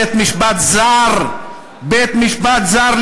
בית-משפט זר" בית-משפט זר,